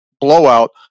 blowout